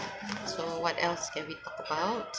so what else can we talk about